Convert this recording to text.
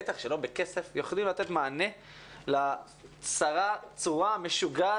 בטח שלא כסף יכולים לתת מענה לצרה הצרורה המשוגעת